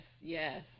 yes